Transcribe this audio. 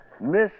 Miss